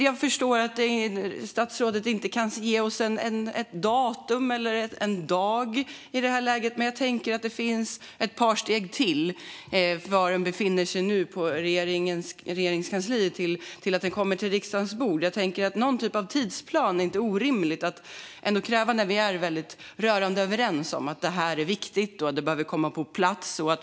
Jag förstår att statsrådet inte kan ge oss ett datum eller en dag i det här läget, men jag tänker att det finns ett par steg till på vägen genom Regeringskansliet till riksdagens bord. Någon typ av tidsplan är nog inte orimligt att kräva nu när vi är så rörande överens om att det här är viktigt och behöver komma på plats.